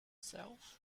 shelf